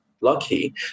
lucky